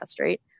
right